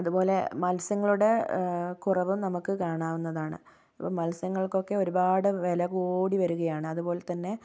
അതുപോലെ മത്സ്യങ്ങളുടെ കുറവും നമുക്ക് കാണാവുന്നതാണ് ഇപ്പോൾ മത്സ്യങ്ങൾക്കൊക്കെ ഒരുപാട് വില കൂടി വരികയാണ് അതുപോലെത്തന്നെ